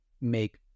make